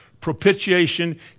propitiation